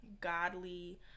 godly